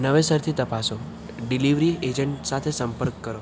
નવેસરથી તપાસો delivery agent સાથે સંપર્ક કરો